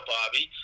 Bobby